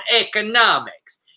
economics